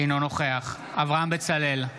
אינו נוכח אברהם בצלאל,